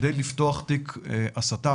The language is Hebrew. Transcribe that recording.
כדי לפתוח תיק הסתה,